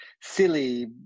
silly